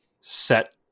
set